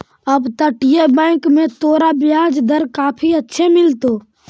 अपतटीय बैंक में तोरा ब्याज दर काफी अच्छे मिलतो